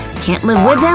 can't live with them,